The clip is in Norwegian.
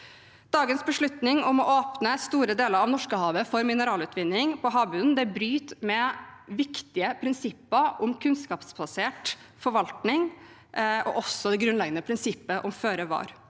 Dagens beslutning om å åpne store deler av Norskehavet for mineralutvinning på havbunnen bryter med viktige prinsipper om kunnskapsbasert forvaltning og også det grunnleggende prinsippet om å være